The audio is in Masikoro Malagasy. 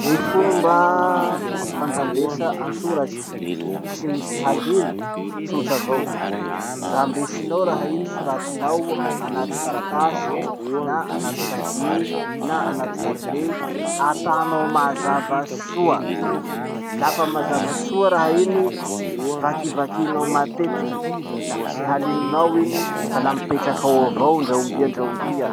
Gny fomba fandrambesa antsoratsy tsy misy halino, tsotra avao. Rambesinao raha iny soratinao anaty taratasy na anaty cahier na anaty carnet, atanao mazava soa. Lafa mazava soa raha iny, vakivakinao matetiky la tsy halinonao iny fa la mipetrak'ao avao ndra ombia ndra ombia.